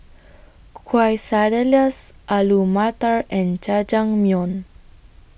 Quesadillas Alu Matar and Jajangmyeon